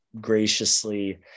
graciously